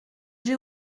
j’ai